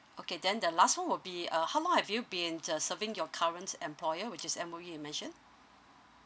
okay then the last one will be uh how long have you been uh serving your current employer which is M_O_E you mentioned